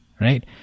Right